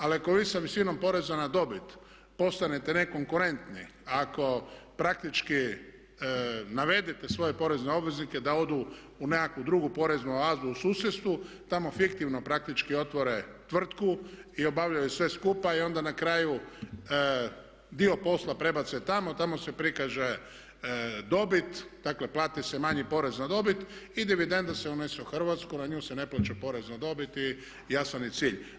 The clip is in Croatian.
Ali ako istom visinom poreza na dobit postanete ne konkurentni, ako praktički navedete svoje porezne obveznike da odu u nekakvu drugu poreznu oazu u susjedstvu, tamo fiktivno praktički otvore tvrtku i obavljaju sve skupa i onda na kraju dio posla prebace tamo a tamo se prikaže dobit, dakle plati se manji porez na dobit i dividenda se unese u Hrvatsku, na nju se ne plaća porez na dobit i jasan je cilj.